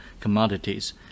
commodities